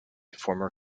former